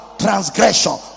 transgression